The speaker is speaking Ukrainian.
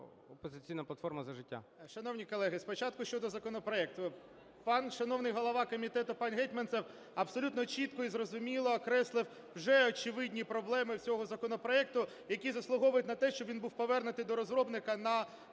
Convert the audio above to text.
"Опозиційна платформа - За життя".